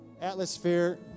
atmosphere